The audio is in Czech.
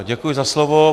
Děkuji za slovo.